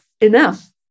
enough